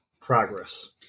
progress